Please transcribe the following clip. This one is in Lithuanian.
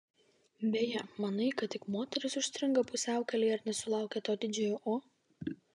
beje manai kad tik moterys užstringa pusiaukelėje ir nesulaukia to didžiojo o